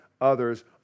others